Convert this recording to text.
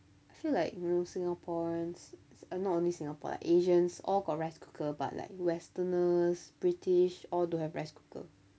I feel like real singaporeans not only singapore asians all got rice cooker but like westerners british all don't have rice cooker